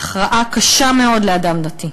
הכרעה קשה מאוד לאדם דתי.